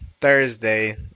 Thursday